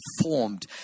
formed